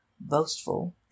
boastful